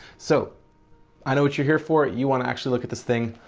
so i know what you're here for you want to actually look at this thing,